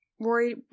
Rory